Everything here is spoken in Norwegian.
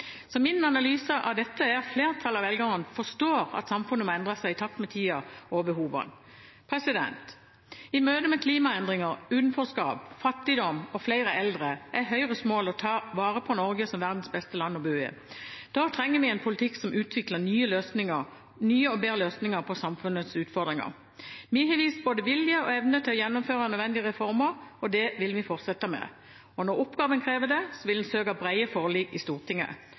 fram. Min analyse av dette er at flertallet av velgerne forstår at samfunnet må endre seg i takt med tida og behovene. I møte med klimaendringer, utenforskap, fattigdom og flere eldre er Høyres mål å ta vare på Norge som verdens beste land å bo i. Da trenger vi en politikk som utvikler nye og bedre løsninger på samfunnets utfordringer. Vi har vist både vilje og evne til å gjennomføre nødvendige reformer, og det vil vi fortsette med. Når oppgaven krever det, vil vi søke brede forlik i Stortinget.